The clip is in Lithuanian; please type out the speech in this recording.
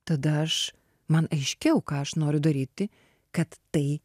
tada aš man aiškiau ką aš noriu daryti kad tai